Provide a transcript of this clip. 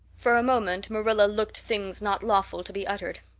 for a moment marilla looked things not lawful to be uttered.